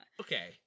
Okay